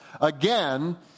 again